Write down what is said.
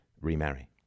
remarry